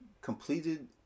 completed